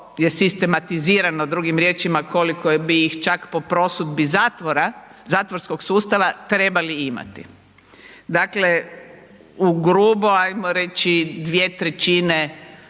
je sistematizirano, drugim riječima koliko bi ih čak po prosudbi zatvora, zatvorskog sustava trebali imati. Dakle ugrubo ajmo reći 2/3 od